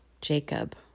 Jacob